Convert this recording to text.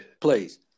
Please